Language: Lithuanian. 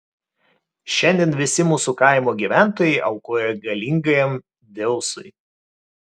šiandien visi mūsų kaimo gyventojai aukoja galingajam dzeusui